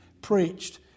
preached